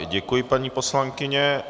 Děkuji, paní poslankyně.